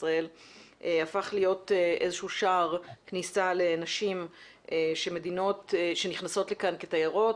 ישראל הפך להיות איזשהו שער כניסה לנשים שנכנסות לכאן כתיירות,